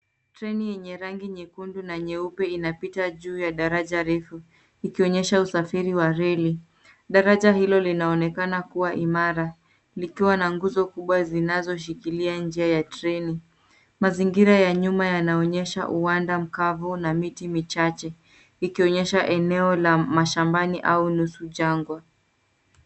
Treni yenye rangi nyekundu na nyeupe inapita juu ya daraja refu ikionyesha usafiri wa reli. Daraja hilo linaonekana kuwa imara, likiwa na nguzo kubwa zinazoshikilia njia ya treni. Mazingira ya nyuma yanaonyesha uwanda mkavu na miti michache, ikionyesha eneo la mashambani au nusu jangwa.